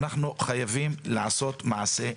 אנחנו חייבים לעשות מעשה.